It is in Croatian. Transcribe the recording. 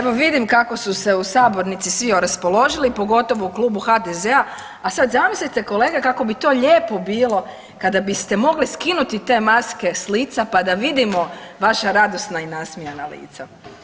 Evo vidim kako su se u sabornici svi oraspoložili, pogotovo u Klubu HDZ-a, a sad zamislite, kolege, kako bi to lijepo bilo kada biste mogli skinuti te maske s lica pa da vidimo vaša radosna i nasmijana lica.